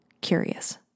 curious